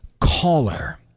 caller